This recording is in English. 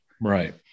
Right